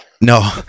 No